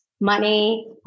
money